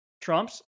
Trump's